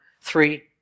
three